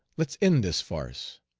let's end this farce,